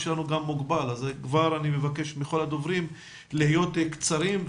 מוגבל ולכן אני מבקש כבר עתה מכל הדוברים להיות קצרים.